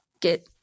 get